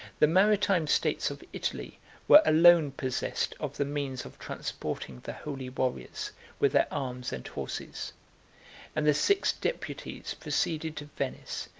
the maritime states of italy were alone possessed of the means of transporting the holy warriors with their arms and horses and the six deputies proceeded to venice,